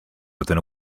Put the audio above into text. within